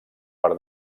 per